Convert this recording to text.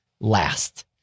last